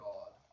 God